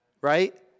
Right